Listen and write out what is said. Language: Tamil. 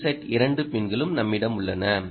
Vset 2 பின்களும் நம்மிடம் உள்ளன